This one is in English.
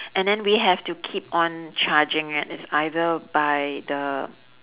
and then we have to keep on charging it it's either by the